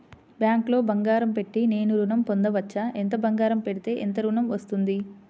బ్యాంక్లో బంగారం పెట్టి నేను ఋణం పొందవచ్చా? ఎంత బంగారం పెడితే ఎంత ఋణం వస్తుంది?